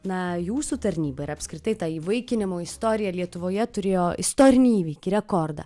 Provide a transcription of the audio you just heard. na jūsų tarnyba ir apskritai ta įvaikinimo istorija lietuvoje turėjo istorinį įvykį rekordą